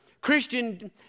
Christian